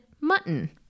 mutton